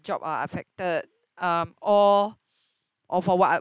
job are affected um or or for what